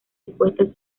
impuestos